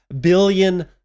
billion